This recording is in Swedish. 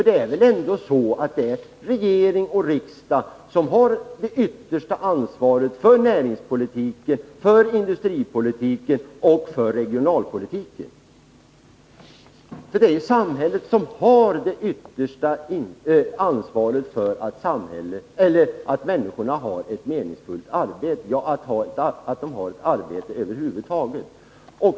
Det är väl ändå regering och riksdag som har det yttersta ansvaret för näringspolitiken, för industripolitiken och för regionalpolitiken. Samhället har ju det yttersta ansvaret för att människorna har ett arbete.